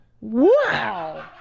Wow